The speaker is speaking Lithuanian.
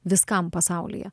viskam pasaulyje